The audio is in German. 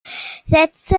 setze